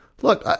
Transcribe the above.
Look